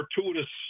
fortuitous